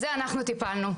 בזה טיפלנו.